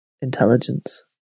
intelligence